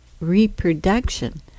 reproduction